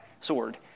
sword